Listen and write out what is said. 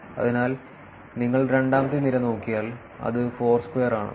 അതിനാൽ നിങ്ങൾ രണ്ടാമത്തെ നിര നോക്കിയാൽ അത് ഫോർസ്ക്വയർ ആണ്